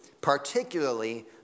particularly